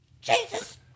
Jesus